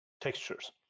textures